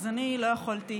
אז אני לא יכולתי